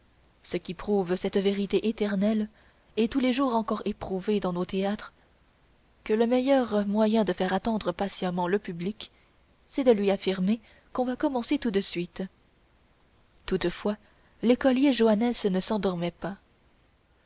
ce qui prouve cette vérité éternelle et tous les jours encore éprouvée dans nos théâtres que le meilleur moyen de faire attendre patiemment le public c'est de lui affirmer qu'on va commencer tout de suite toutefois l'écolier joannes ne s'endormait pas